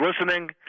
listening